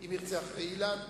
אם ירצה אחרי אילן,